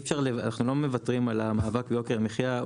אנחנו לא מוותרים על המאבק ביוקר המחיה.